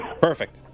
perfect